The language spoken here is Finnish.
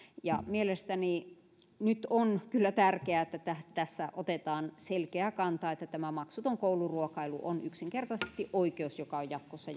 mielestäni nyt on kyllä tärkeää että tässä otetaan selkeä kanta että maksuton kouluruokailu on yksinkertaisesti oikeus joka on jatkossa